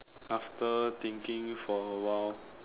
after thinking for a while